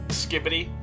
skibbity